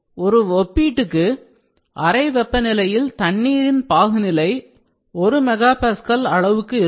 ஒரு ஒப்பீட்டுக்கு அறை வெப்பநிலையில் தண்ணீரின் பாகுநிலை 1 mega Pascal அளவுக்கு இருக்கும்